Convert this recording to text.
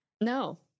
no